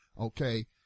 okay